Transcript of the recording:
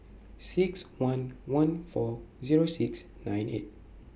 six one one four Zero six nine eight